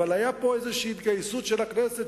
אבל היתה פה איזושהי התגייסות של הכנסת,